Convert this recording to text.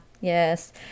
yes